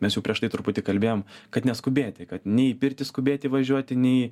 mes jau prieš tai truputį kalbėjom kad neskubėti kad nei į pirtį skubėti važiuoti nei